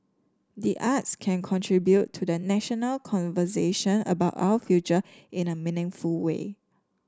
the arts can contribute to the national conversation about our future in a meaningful way